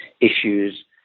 issues